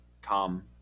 come